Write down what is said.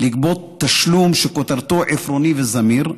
לגבות תשלום שכותרתו "עפרוני וזמיר"